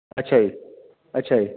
ਅੱਛਾ ਜੀ ਅੱਛਾ ਜੀ